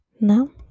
No